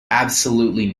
absolutely